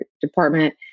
department